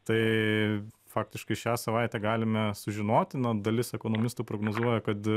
tai faktiškai šią savaitę galime sužinoti na dalis ekonomistų prognozuoja kad